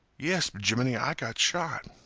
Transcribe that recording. yes, b'jiminey, i got shot.